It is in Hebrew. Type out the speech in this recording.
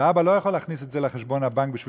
והאבא לא יכול להכניס את זה לחשבון הבנק בשביל